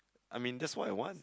I mean that's what I want